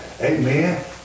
amen